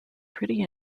pretty